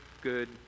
good